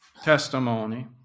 testimony